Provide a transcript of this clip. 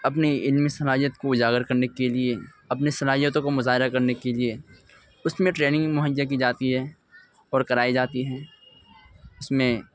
اپنی علمی صلاحیت کو اجاگر کرنے کے لیے اپنی صلاحیتوں کو مظاہرہ کرنے کے لیے اس میں ٹریننگ مہیا کی جاتی ہے اور کرائ ی جاتی ہیں اس میں